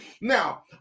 Now